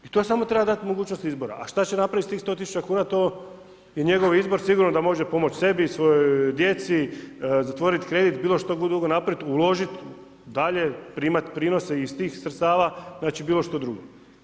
I to samo treba dati mogućnosti izbora, a šta će napravit sa tih 100 000 kuna to je njegov izbor, sigurno da može pomoć sebi, svojoj djeci, zatvorit kredit, bilo što drugo napravit, uložit dalje, primat prinose iz tih sredstava, bilo što drugo.